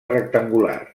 rectangular